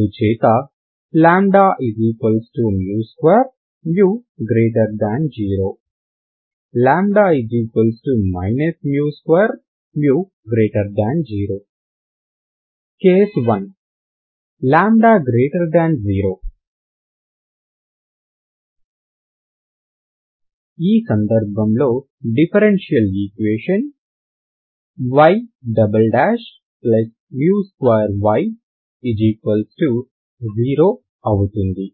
అందుచేత μ2 μ0 λ μ2 μ0 కేస్ 1 λ0 ఈ సందర్భంలో డిఫరెన్షియల్ ఈక్వేషన్ y 2y0 అవుతుంది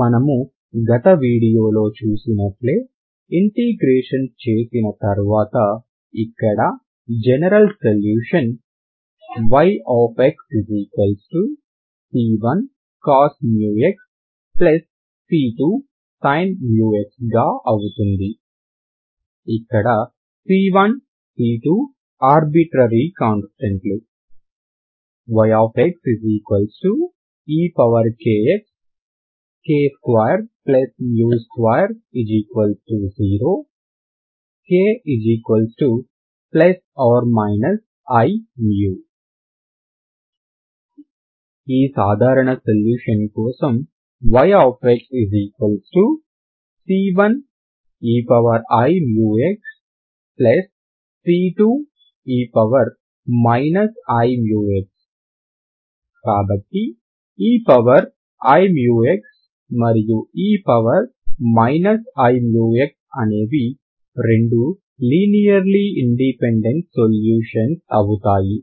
మనం గత వీడియోలో చూసినట్లే ఇంటెగ్రేషన్ చేసిన తర్వాత ఇక్కడ general solution yxc1cos xc2sin μx గా అవుతుంది ఇక్కడ c1 c2 ఆర్బిట్రరీ కాంస్టాంట్ లు yx ekx k220 k±iμ ఈ సాధారణ సొల్యూషన్ కోసం yxc1 eiμxc2 e iμx కాబట్టి eiμx మరియు e iμx అనేవి రెండు లీనియర్లీ ఇండిపెండెంట్ సొల్యూషన్స్ అవుతాయి